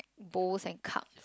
bowls and cup